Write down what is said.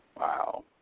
Wow